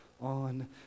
on